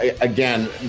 again